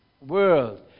world